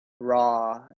Raw